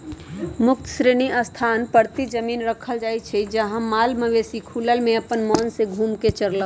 मुक्त श्रेणी स्थान परती जमिन रखल जाइ छइ जहा माल मवेशि खुलल में अप्पन मोन से घुम कऽ चरलक